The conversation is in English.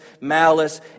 malice